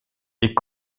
est